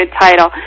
title